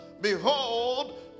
behold